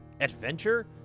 adventure